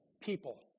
people